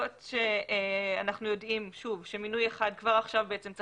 אנחנו יודעים שמינוי אחד כבר עכשיו צריך